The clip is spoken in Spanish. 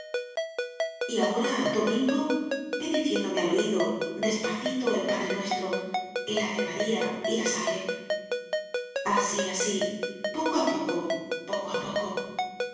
ahora domingo ve diciéndome al oído despacito el padre nuestro el ave maría y la salve así así poco a poco poco a poco